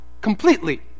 completely